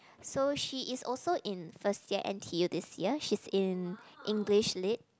so she is also in first year N_T_U this year she's in English Lit